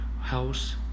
house